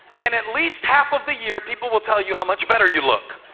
and at least half of the year people will tell you how much better you look.